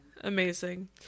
Amazing